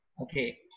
okay